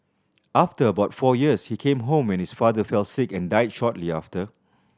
after about four years he came home when his father fell sick and died shortly after